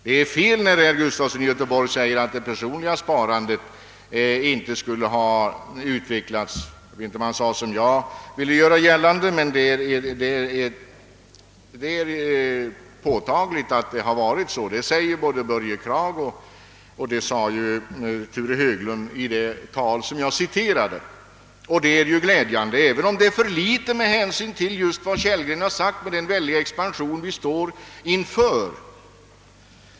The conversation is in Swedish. Det är fel när herr Gustafson i Göteborg säger att det personliga sparandet inte skulle ha utvecklats, utan det är påtagligt att det varit så som jag gjorde gällande. Det säger Börje Kragh och det säger Rune Höglund i det tal som jag citerade, och det är glädjande även om det är för litet just med hänsyn till vad herr Kellgren framhöll om den väldiga expansion som vi står inför.